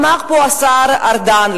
אמר פה השר ארדן,